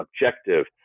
objective